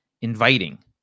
inviting